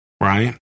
right